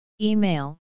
Email